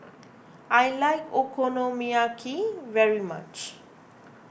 I like Okonomiyaki very much